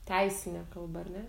teisinė kalba ar ne